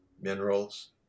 minerals